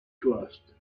cost